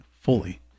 fully